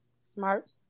smart